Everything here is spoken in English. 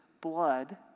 blood